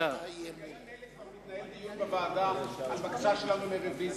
ברגעים אלה כבר מתנהל דיון בוועדה על בקשה שלנו לרוויזיה.